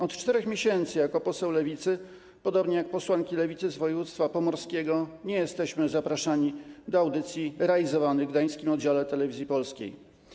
Od 4 miesięcy jako poseł Lewicy, podobnie jak posłanki Lewicy z województwa pomorskiego, nie jesteśmy zapraszani do audycji realizowanych w gdańskim oddziale Telewizji Polskiej.